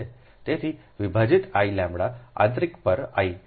તેથી વિભાજીત Iλઆંતરિક પર I